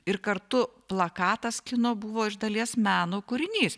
ir kartu plakatas kino buvo iš dalies meno kūrinys